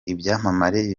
ibyamamare